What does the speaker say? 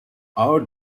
our